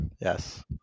yes